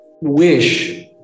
wish